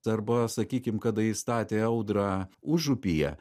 arba sakykim kada įstatė audrą užupyje